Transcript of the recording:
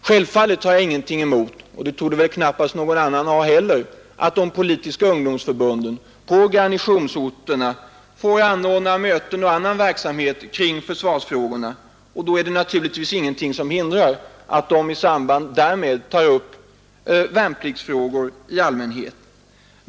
Självfallet har jag ingenting emot — det torde knappast någon annan ha heller — att de politiska ungdomsförbunden på garnisonsorterna får anordna möten och annan verksamhet kring försvarsfrågorna, och då är det ingenting som hindrar att de i samband därmed tar upp värnpliktsfrågorna.